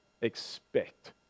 expect